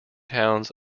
towns